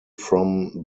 from